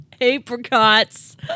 Apricots